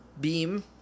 beam